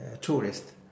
tourists